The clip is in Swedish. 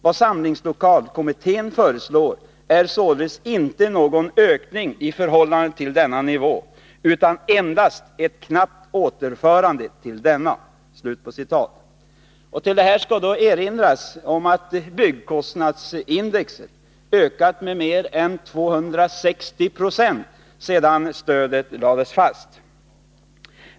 Vad samlingslokalkommittén föreslår är således inte någon ökning i förhållande till denna nivå utan endast ett knappt återförande till denna.” Då skall det erinras om att byggkostnadsindex ökat med mer än 260 sedan stödet lades fast.